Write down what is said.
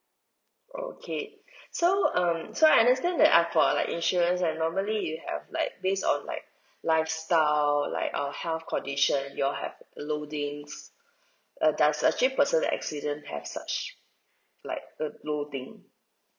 okay so um so I understand that I for like insurance normally you have like based on like lifestyle like uh health condition you all have loadings uh does uh actually personal accident have such like uh loading